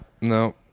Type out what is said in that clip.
no